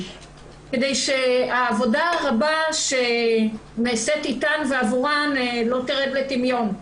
כדי שהעבודה הקשה שנעשית אתן ועבורן לא תרד לטמיון.